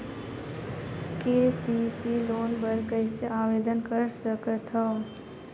KCC loan बर कइसे आवेदन कर सकथव?